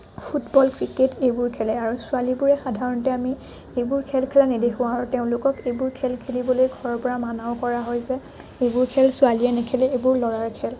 football cricket সেইবোৰ খেলে আৰু ছোৱালীবোৰে সাধাৰণতে আমি সেইবোৰ খেল খেলা নেদেখোঁ আৰু তেওঁলোকক এইবোৰ খেল খেলিবলৈ ঘৰৰ পৰা মানাও কৰা হয় যে এইবোৰ ছোৱালীয়ে নেখেলে এইবোৰ ল'ৰাৰ খেল